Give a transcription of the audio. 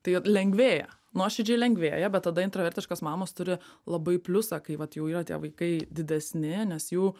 tai lengvėja nuoširdžiai lengvėja bet tada intravertiškos mamos turi labai pliusą kai vat jau jų tie vaikai didesni nes jų